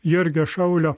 jurgio šaulio